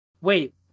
Wait